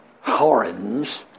horns